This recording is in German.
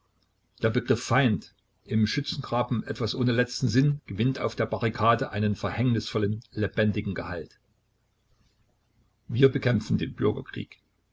der begriff feind im schützengraben etwas ohne letzten sinn gewinnt auf der barrikade einen verhängnisvollen lebendigen gehalt wir bekämpfen den bürgerkrieg